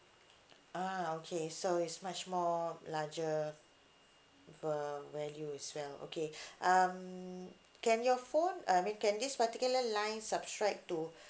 ah okay so it's much more larger of a value as well okay um can your phone uh I mean can this particular line subscribe to